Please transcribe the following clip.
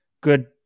good